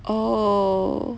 oh